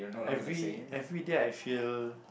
every everyday I feel